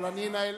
אבל אני אנהל.